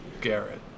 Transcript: Garrett